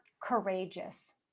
courageous